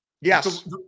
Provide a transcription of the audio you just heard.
Yes